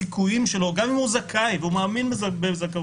הרי גם אם הוא זכאי והוא מאמין בזכאותו,